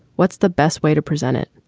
what's the best way to present it?